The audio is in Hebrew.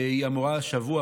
היא אמורה השבוע,